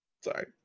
Sorry